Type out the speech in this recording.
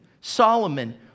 Solomon